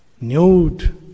nude